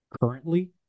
currently